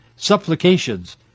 supplications